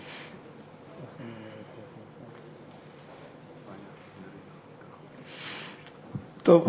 טוב,